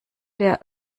der